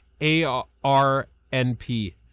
arnp